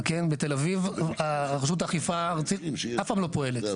בתל אביב הרשות האכיפה הארצית אף פעם לא פועלת.